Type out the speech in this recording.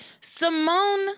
Simone